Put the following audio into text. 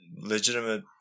legitimate